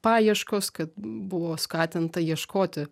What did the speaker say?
paieškos kad buvo skatinta ieškoti